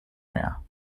mehr